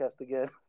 again